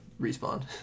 Respawn